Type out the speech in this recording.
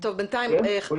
עלייך,